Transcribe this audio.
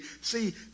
See